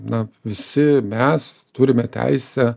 na visi mes turime teisę